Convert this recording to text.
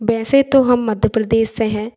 वैसे तो हम मध्य प्रदेश से हैं